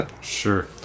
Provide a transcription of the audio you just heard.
Sure